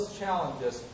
challenges